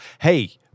hey